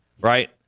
right